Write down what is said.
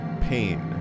pain